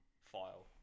file